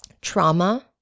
trauma